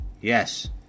yes